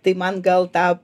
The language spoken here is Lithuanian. tai man gal tą